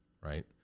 right